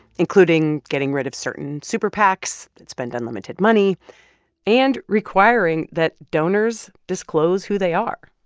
including getting rid of certain super pacs that spend unlimited money and requiring that donors disclose who they are.